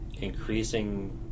increasing